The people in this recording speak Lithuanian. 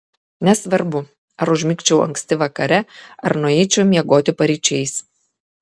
nesvarbu ar užmigčiau anksti vakare ar nueičiau miegoti paryčiais